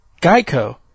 Geico